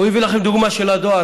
הוא הביא לכם דוגמה של הדואר.